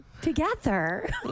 together